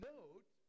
Note